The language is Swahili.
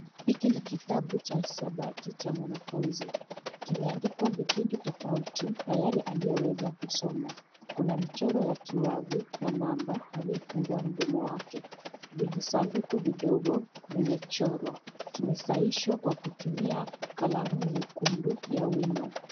Hiki ni kitabu cha hisabati cha mwanafunzi. Kimeandikwa vipindi tofauti na yale aliyoweza kusoma. Kuna michoro ya kiwavi na mamba aliyefungua mdomo wake. Vijisanduku vidogo vimechorwa. Kimeshahihishwa kutumia kalamu nyekundu ya wino.